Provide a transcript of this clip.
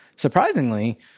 Surprisingly